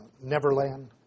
Neverland